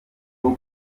bwo